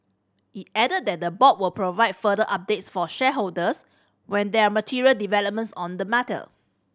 it added that the board will provide further updates for shareholders when there are material developments on the matter